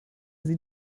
sie